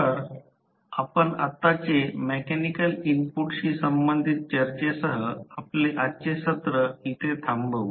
तर आपण आताचे मेकॅनिकल इनपुटशी संबंधित चर्चेसह आपले आजचे सत्र इथे थांबवू